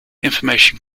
information